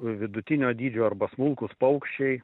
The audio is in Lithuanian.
vidutinio dydžio arba smulkūs paukščiai